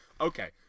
Okay